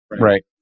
Right